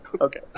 Okay